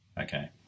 Okay